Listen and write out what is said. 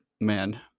Man